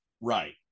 Right